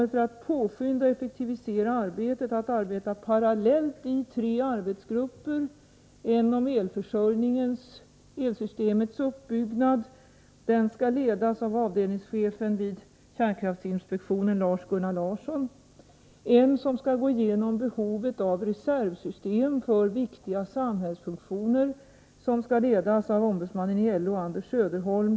För att påskynda och effektivisera arbetet kommer man att arbeta parallellt i tre arbetsgrupper. En grupp behandlar elsystemets uppbyggnad, och den skall ledas av avdelningschefen vid kärnkraftinspektionen, Lars Gunnar Larsson. En annan grupp skall gå igenom behovet av reservsystem för viktiga samhällsfunktioner, och den skall ledas av ombudsmannen i LO Anders Söderholm.